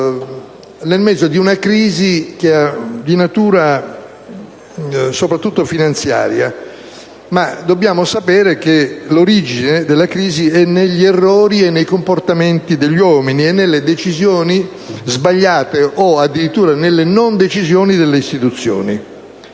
nel mezzo di una crisi di natura soprattutto finanziaria. Ma dobbiamo pur sapere che la sua origine è negli errori e nei comportamenti degli uomini, nelle decisioni sbagliate o addirittura nelle non decisioni delle istituzioni.